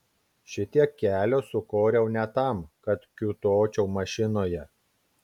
šitiek kelio sukoriau ne tam kad kiūtočiau mašinoje